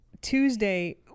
Tuesday